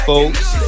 folks